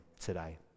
today